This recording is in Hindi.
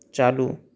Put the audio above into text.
चालू